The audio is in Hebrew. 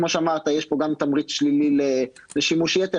כמו שאמרת, יש פה גם תמריץ שלילי לשימוש יותר.